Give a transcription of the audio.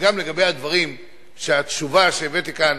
שגם לגבי הדברים שהתשובה שהבאתי כאן